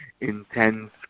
intense